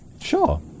Sure